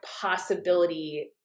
possibility